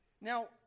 Now